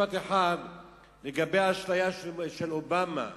משפט אחד לגבי האשליה של אובמה,